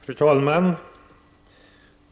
Fru talman!